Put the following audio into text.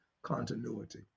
continuity